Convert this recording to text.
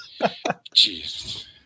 Jeez